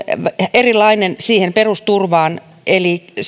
erilainen siihen perusturvaan eli